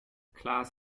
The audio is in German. klaas